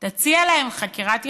היא תציע להם חקירת יכולת,